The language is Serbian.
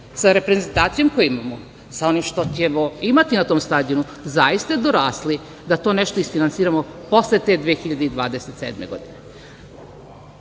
sa reprezentacijom koju imamo, sa onim što ćemo imati na tom stadionu, zaista dorasli da to nešto izfinansiramo posle te 2027. godine?